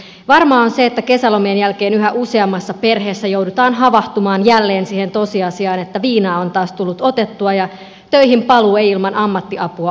varmaa on se että kesälomien jälkeen yhä useammassa perheessä joudutaan havahtumaan jälleen siihen tosiasiaan että viinaa on taas tullut otettua ja töihinpaluu ei ilman ammattiapua onnistu